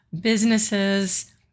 businesses